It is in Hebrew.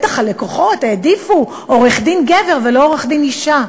בטח הלקוחות העדיפו עורך-דין גבר ולא עורכת-דין אישה.